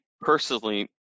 personally